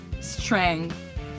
strength